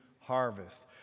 harvest